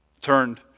turned